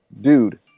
dude